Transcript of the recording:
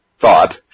thought